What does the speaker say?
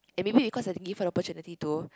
and maybe because I didn't give her the opportunity to